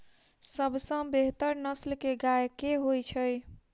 सबसँ बेहतर नस्ल केँ गाय केँ होइ छै?